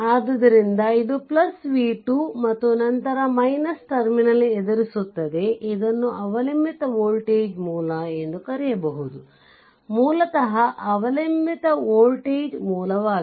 ಆದ್ದರಿಂದ ಇದು v2 ಮತ್ತು ನಂತರ ಟರ್ಮಿನಲ್ ಎದುರಿಸುತ್ತದೆ ಇದನ್ನು ಅವಲಂಬಿತ ವೋಲ್ಟೇಜ್ ಮೂಲ ಎಂದು ಕರೆಯುದು ಮೂಲತಃ ಅವಲಂಬಿತ ವೋಲ್ಟೇಜ್ ಮೂಲವಾಗಿದೆ